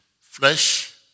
flesh